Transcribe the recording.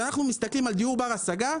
כשאנחנו מסתכלים על דיור בר השגה,